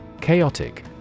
Chaotic